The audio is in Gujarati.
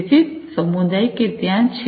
તેથી સમુદાય કે તે ત્યાં છે